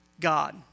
God